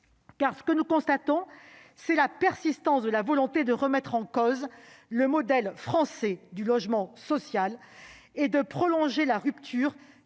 ce que nous constatons, c'est la volonté persistante de remettre en cause le modèle français du logement social et de prolonger la rupture